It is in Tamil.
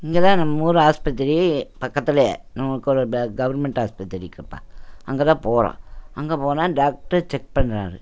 இங்கே தான் நம்மூர் ஆஸ்பத்திரி பக்கத்துலேயே நமக்கு ஒரு கவர்மண்ட் ஆஸ்பத்திரி இருக்கப்பா அங்கே தான் போவேன் அங்கே போனால் டாக்டர் செக் பண்ணுவார்